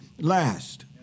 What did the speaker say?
last